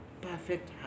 perfect